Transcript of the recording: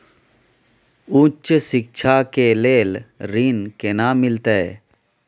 उच्च शिक्षा के लेल ऋण केना मिलते?